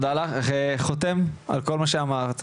דרך כל מיני מסגרות,